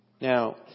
Now